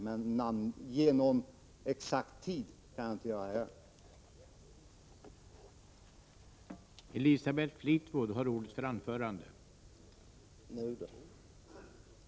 Men ange någon exakt tid kan jag alltså inte göra här.